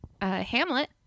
Hamlet